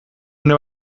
une